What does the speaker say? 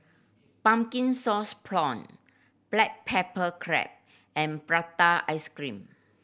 pumpkin sauce prawn black pepper crab and prata ice cream